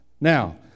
Now